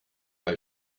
bei